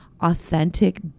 authentic